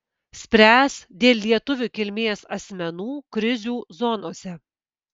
spręs dėl lietuvių kilmės asmenų krizių zonose